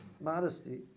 modesty